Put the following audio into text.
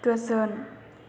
गोजोन